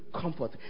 comfort